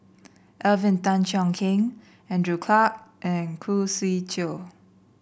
Alvin Tan Cheong Kheng Andrew Clarke and Khoo Swee Chiow